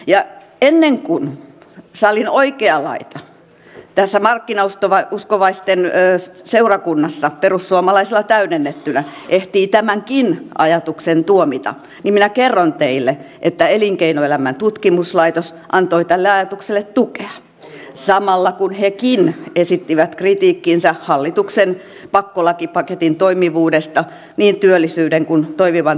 ja ennen kuin salin oikea laita tässä markkinauskovaisten seurakunnassa perussuomalaisilla täydennettynä ehtii tämänkin ajatuksen tuomita niin minä kerron teille että elinkeinoelämän tutkimuslaitos antoi tälle ajatukselle tukea samalla kun hekin esittivät kritiikkinsä hallituksen pakkolakipaketin toimivuudesta niin työllisyyden kuin toimivan talouspolitiikan kannalta